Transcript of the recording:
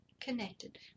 connected